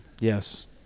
Yes